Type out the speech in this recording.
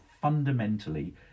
fundamentally